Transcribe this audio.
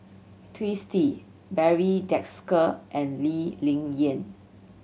Twisstii Barry Desker and Lee Ling Yen